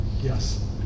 Yes